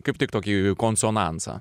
kaip tik tokį konsonansą